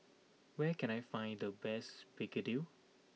where can I find the best Begedil